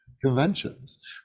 conventions